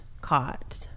caught